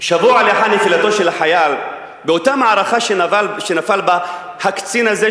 שבוע לאחר נפילתו של החייל באותה מערכה שנפל בה הקצין הזה,